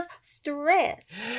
stress